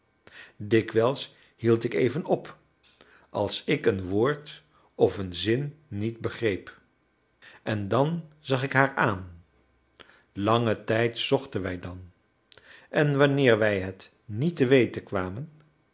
dikwijls hield ik even op als ik een woord of een zin niet begreep en dan zag ik haar aan langen tijd zochten wij dan en wanneer wij het niet te weten kwamen